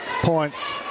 points